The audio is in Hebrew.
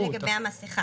זה לגבי המסכה.